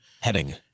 heading